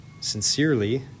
sincerely